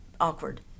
awkward